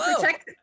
protect